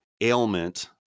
ailment